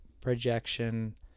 projection